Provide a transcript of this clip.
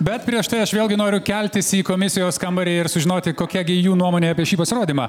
bet prieš tai aš vėlgi noriu keltis į komisijos kambarį ir sužinoti kokia gi jų nuomonė apie šį pasirodymą